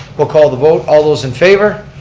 we'll call the vote. all those in favor.